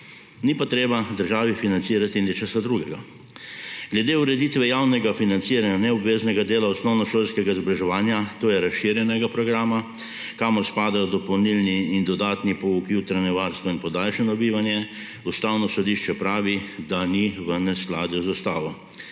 ni pa treba državi financirati nečesa drugega. Glede ureditve javnega financiranja neobveznega dela osnovnošolskega izobraževanja, to je razširjenega programa, kamor spadajo dopolnilni in dodatni pouk, jutranje varstvo in podaljšano bivanje, Ustavno sodišče pravi, da ni v neskladju z ustavo.